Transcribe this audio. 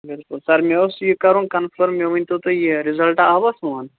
بِلکُل سَر مےٚ اوٗس یہِ کَرُن کَنفٲرٕم مےٚ ؤنۍتَو تُہۍ یہِ رِزلٹ آوا سون